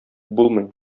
булмый